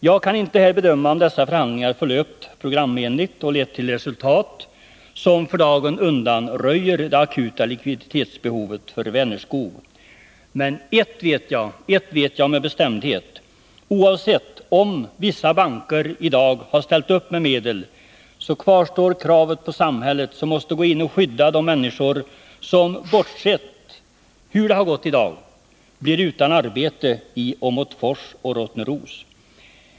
Jag kan inte bedöma om dessa förhandlingar har förlöpt programenligt och lett till resultat som för dagen undanröjer det akuta likviditetsbehovet för Vänerskog. Men ett vet jag med bestämdhet: Oavsett om vissa banker i dag har ställt upp med medel, kvarstår kravet på samhället, som måste gå in och skydda de människor som hur det än har gått i dag blir utan arbete i Åmotfors Nr 49 och Rottneros.